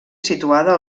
situada